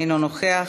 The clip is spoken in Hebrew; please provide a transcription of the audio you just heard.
אינו נוכח.